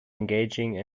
engaging